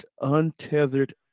untethered